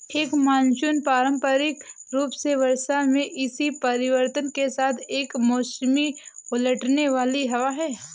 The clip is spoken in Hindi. एक मानसून पारंपरिक रूप से वर्षा में इसी परिवर्तन के साथ एक मौसमी उलटने वाली हवा है